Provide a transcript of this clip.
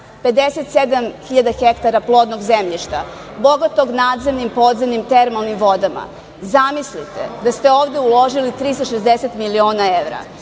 57.000 hektara plodnog zemljišta bogatog nadzemnim, podzemnim, termalnim vodama. Zamislite da ste ovde uložili 360 miliona evra,